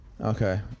Okay